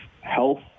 health